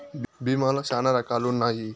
భీమా లో శ్యానా రకాలు ఉన్నాయి